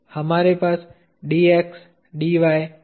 आपके पास Dx Dy Ex Ey है